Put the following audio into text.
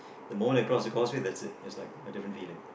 the more they cross the causeway that's it it's like a different feeling